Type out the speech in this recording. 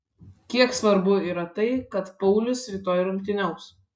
kiek svarbu yra tai kad paulius rytoj rungtyniaus